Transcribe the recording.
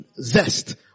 zest